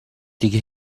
دیگه